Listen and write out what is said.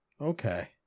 Okay